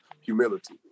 humility